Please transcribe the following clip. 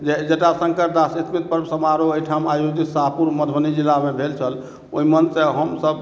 जटाशंकर दास सांस्कृतिक पर्व समारोह एहिठाम आयोजित शाहपुर मधुबनी जिलामे भेल छलए ओहिमे तऽ हमसभ